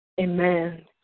Amen